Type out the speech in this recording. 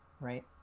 right